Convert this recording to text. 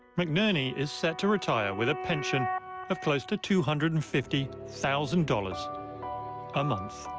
mcnerney is set to retire with a pension of close to two hundred and fifty thousand dollars a month.